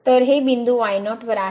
तर हे बिंदू y0 वर आहे